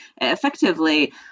effectively